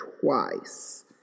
twice